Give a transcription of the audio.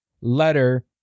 letter